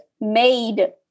made